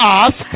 ask